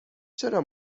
چرا